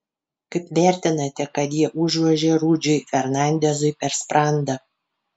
kaip vertinate kad jie užvožė rudžiui fernandezui per sprandą